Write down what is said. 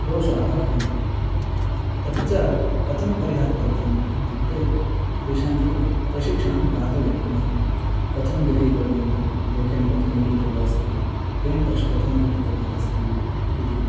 दोषाः भवन्ति तच्च कथं परिहर्तव्यम् इत्युक्ते तेषां कृते प्रशिक्षणं दातव्यं पुनः कथं गृहीतव्यं लेखनी कथम गृहीतव्या अस्ति पेण्ट् ब्रष् कथं गृहीतव्यमस्ति इति